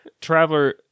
traveler